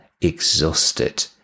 exhausted